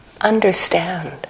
understand